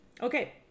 Okay